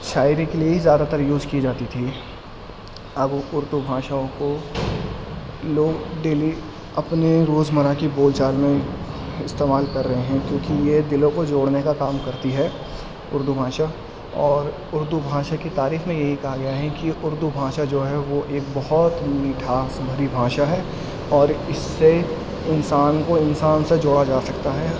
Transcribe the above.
شاعری کے لیے ہی زیادہ تر یوز کی جاتی تھی اب اردو بھاشاؤں کو لوگ ڈیلی اپنے روزمرہ کی بول چال میں استعمال کر رہے ہیں کیونکہ یہ دلوں کو جوڑنے کا کام کرتی ہے اردو بھاشا اور اردو بھاشا کی تعریف میں یہی کہا گیا ہے کہ اردو بھاشا جو ہے وہ ایک بہت مٹھاس بھری بھاشا ہے اور اس سے انسان کو انسان سے جوڑا جا سکتا ہے